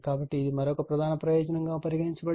కాబట్టి ఇది మరొక ప్రధాన ప్రయోజనం గా పరిగణించబడుతుంది